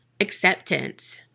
acceptance